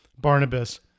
Barnabas